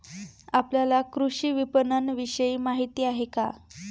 आपल्याला कृषी विपणनविषयी माहिती आहे का?